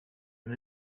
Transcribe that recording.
and